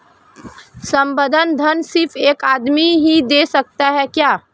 संबंद्ध ऋण सिर्फ एक आदमी ही दे सकता है क्या?